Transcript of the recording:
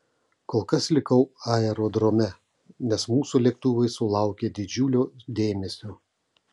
kol kas likau aerodrome nes mūsų lėktuvai sulaukė didžiulio dėmesio